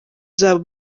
uzaba